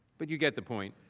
but, you get the point.